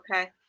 Okay